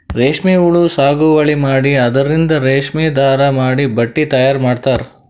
ರೇಶ್ಮಿ ಹುಳಾ ಸಾಗುವಳಿ ಮಾಡಿ ಅದರಿಂದ್ ರೇಶ್ಮಿ ದಾರಾ ಮಾಡಿ ಬಟ್ಟಿ ತಯಾರ್ ಮಾಡ್ತರ್